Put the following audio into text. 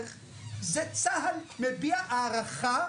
זה צה"ל מביע הערכה,